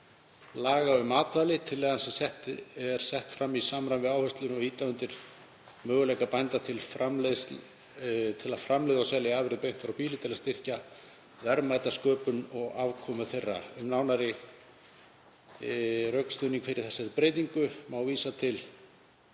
laga um matvæli. Tillagan er sett fram til samræmis við áherslur um að ýta undir möguleika bænda til að framleiða og selja afurðir beint frá býli til að styrkja verðmætasköpun og afkomu þeirra. Um nánari rökstuðning fyrir þessari breytingu má vísa til